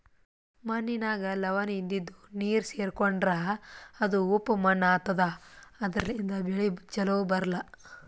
ಮಣ್ಣಿನಾಗ್ ಲವಣ ಇದ್ದಿದು ನೀರ್ ಸೇರ್ಕೊಂಡ್ರಾ ಅದು ಉಪ್ಪ್ ಮಣ್ಣಾತದಾ ಅದರ್ಲಿನ್ಡ್ ಬೆಳಿ ಛಲೋ ಬರ್ಲಾ